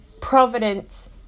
providence